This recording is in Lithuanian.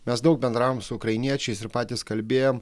mes daug bendravom su ukrainiečiais ir patys kalbėjom